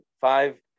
five